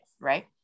right